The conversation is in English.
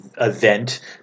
event